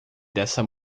dessa